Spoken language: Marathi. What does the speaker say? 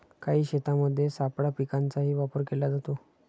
काही शेतांमध्ये सापळा पिकांचाही वापर केला जातो